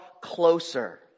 closer